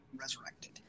resurrected